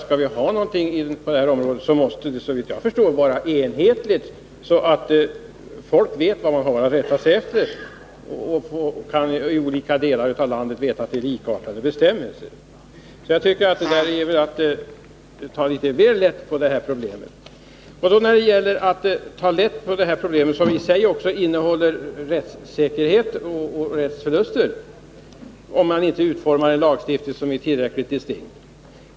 Skall vi ha bestämmelser på det här området så måste de vara enhetliga, så att folk vet vad de har att rätta sig efter och vet att det är likartade bestämmelser i olika delar av landet. Jag tycker att Oskar Lindkvist tar litet väl lätt på det här problemet. Problemet gäller också rättssäkerhet och rättsförluster, om man inte utformar en lagstiftning som är tillräckligt distinkt.